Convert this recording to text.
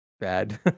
bad